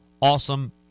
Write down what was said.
awesome